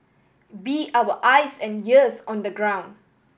be our eyes and ears on the ground